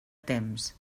temps